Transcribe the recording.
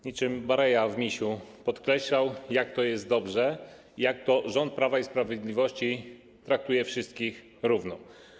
Niczym Bareja w „Misiu” podkreślał on, jak to jest dobrze i jak to rząd Prawa i Sprawiedliwości traktuje wszystkich równo.